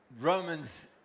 Romans